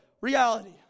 reality